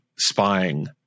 spying